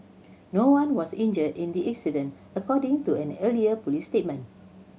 no one was injured in the incident according to an earlier police statement